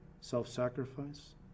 self-sacrifice